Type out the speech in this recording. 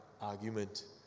argument